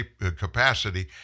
capacity